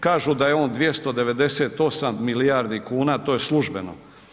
Kažu da je on 298 milijardi kuna, to je službeno.